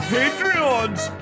Patreons